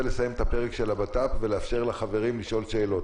לסיים את הפרק של הבט"פ ולאפשר לחברים לשאול שאלות.